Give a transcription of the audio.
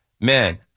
man